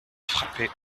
frappait